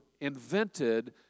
invented